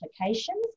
applications